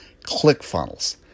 ClickFunnels